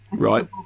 Right